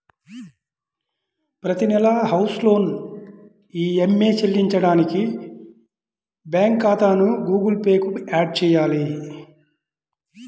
ప్రతి నెలా house loan EMI చెల్లించడానికి బ్యాంకు ఖాతాను గుగుల్ పే కు యాడ్ చేయాలి